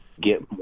Get